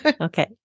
Okay